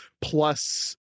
Plus